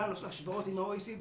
גם לעשות השוואות עם ה-OECD,